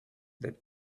that